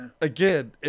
again